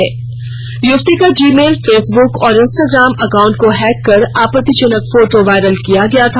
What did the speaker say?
ज्ञात हो कि युवती का जी मेल फेसबुक और इंस्टाग्राम अकाउंट को हैक कर आपत्तिजनक फोर्टो वायरल किया गया था